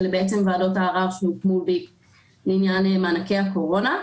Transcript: ועדות הערר שהוקמו לעניין מענקי הקורונה,